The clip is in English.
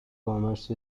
commerce